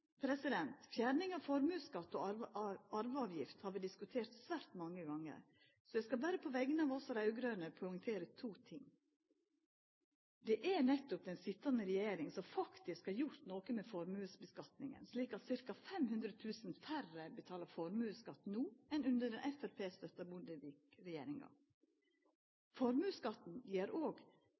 ? Fjerning av formuesskatt og arveavgift har vi diskutert svært mange gonger. Eg vil berre på vegner av oss raud-grøne poengtera to ting. Det er nettopp den sitjande regjeringa som faktisk har gjort noko med formuesskattlegginga, slik at ca. 500 000 færre betalar formuesskatt no enn under den framstegspartistøtta Bondevik-regjeringa. Formuesskatten gjer at òg at dei aller rikaste betalar skatt og